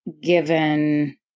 given